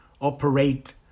operate